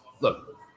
Look